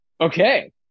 Okay